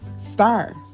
star